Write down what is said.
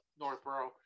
Northboro